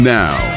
now